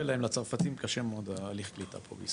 לצרפתים קשה מאוד הליך הקליטה פה בישראל.